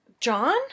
John